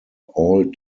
all